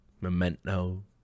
Memento